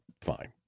fine